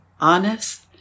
honest